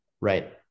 Right